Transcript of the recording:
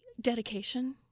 Dedication